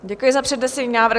Děkuji za přednesený návrh.